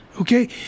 okay